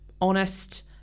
honest